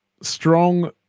strong